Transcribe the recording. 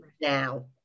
now